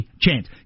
chance